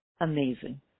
Amazing